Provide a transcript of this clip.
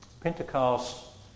Pentecost